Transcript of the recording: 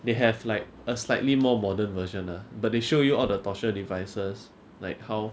they have like a slightly more modern version lah but they show you all the torture devices like how